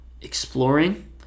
exploring